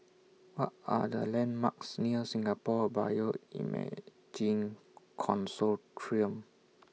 What Are The landmarks near Singapore Bioimaging Consortium